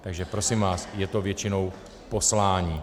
Takže prosím vás, je to většinou poslání.